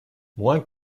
moins